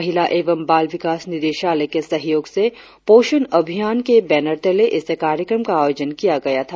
महिला एवं बाल विकास निदेशालय के सहयोग से पोषण अभियान के बेनर तले इस कार्यक्रम का आयोजन किया गया था